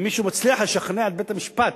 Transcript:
אם מישהו מצליח לשכנע את בית-המשפט,